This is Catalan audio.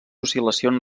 oscil·lacions